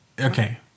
Okay